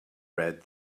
read